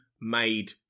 Made